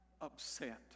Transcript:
upset